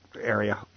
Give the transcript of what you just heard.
area